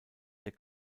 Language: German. der